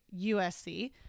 USC